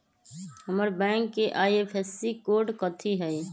हमर बैंक के IFSC code कथि हई?